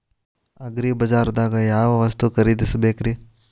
ಅಗ್ರಿಬಜಾರ್ದಾಗ್ ಯಾವ ವಸ್ತು ಖರೇದಿಸಬೇಕ್ರಿ?